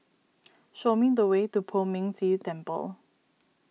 show me the way to Poh Ming Tse Temple